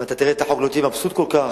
אם תראה את החוק לא תהיה מבסוט כל כך.